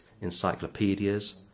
encyclopedias